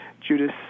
Judas